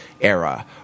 era